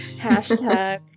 Hashtag